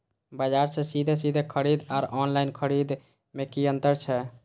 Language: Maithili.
बजार से सीधे सीधे खरीद आर ऑनलाइन खरीद में की अंतर छै?